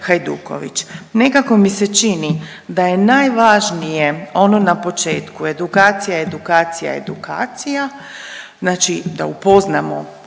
Hajduković. Nekako mi se čini da je najvažnije ono na početku, edukacija, edukacija, znači da upoznamo